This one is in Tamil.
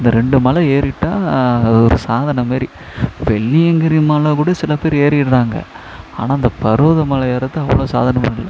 இந்த ரெண்டு மலை ஏறிவிட்டா அது ஒரு சாதனை மாரி வெள்ளியங்கிரி மலைக்கூட சில பேர் ஏறிடுறாங்க ஆனால் இந்த பர்வதமல ஏர்றது அவ்வளோ சாதாரணமானது இல்லை